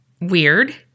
weird